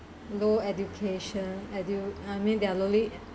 low education edu~ I mean they are lowly